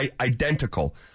identical